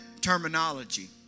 terminology